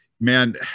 man